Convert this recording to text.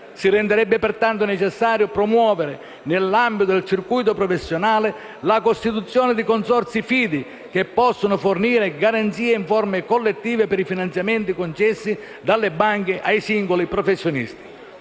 Si renderebbe pertanto necessario promuovere, nell'ambito del circuito professionale, la costituzione di consorzi fidi, che possano fornire garanzie in forme collettive, per i finanziamenti concessi dalle banche ai singoli professionisti.